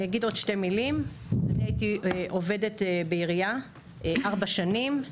אני אגיד עוד שתי מילים: עבדתי בעירייה ארבע שנים.